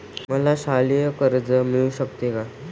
मला शालेय कर्ज मिळू शकते का?